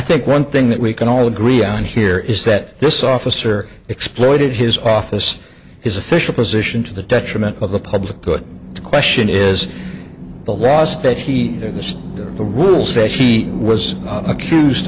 think one thing that we can all agree on here is that this officer exploited his office his official position to the detriment of the public good question is the loss that he noticed the rules that he was accused